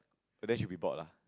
then she'll be bored lah